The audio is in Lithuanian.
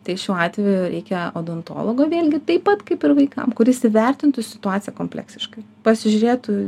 tai šiuo atveju reikia odontologo vėlgi taip pat kaip ir vaikam kuris įvertintų situaciją kompleksiškai pasižiūrėtų